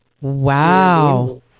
Wow